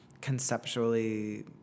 conceptually